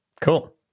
Cool